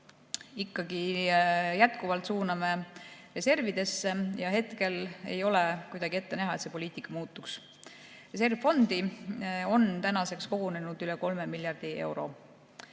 ikkagi jätkuvalt suuname reservidesse, ja hetkel ei ole kuidagi ette näha, et see poliitika muutuks. Reservfondi on tänaseks kogunenud üle kolme miljardi euro.